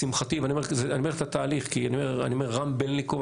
לשמחתי אני מדבר על התהליך רם בלינקוב,